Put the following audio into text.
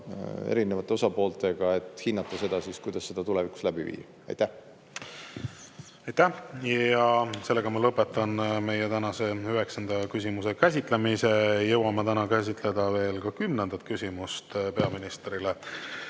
erinevate osapooltega, et hinnata, kuidas seda tulevikus läbi viia. Aitäh! Sellega ma lõpetan meie tänase üheksanda küsimuse käsitlemise. Jõuame täna käsitleda veel ka kümnendat küsimust peaministrile,